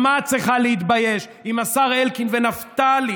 גם את צריכה להתבייש עם השר אלקין ונפתלי.